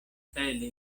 pelle